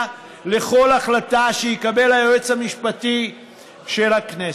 לכל החלטה שיקבל היועץ המשפטי של הכנסת?